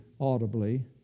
audibly